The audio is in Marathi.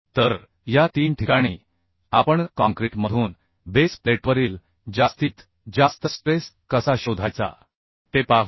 तर या तीन ठिकाणी आपण काँक्रीटमधून बेस प्लेटवरील जास्तीत जास्त स्ट्रेस कसा शोधायचा ते पाहू